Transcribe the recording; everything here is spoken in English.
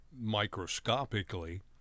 microscopically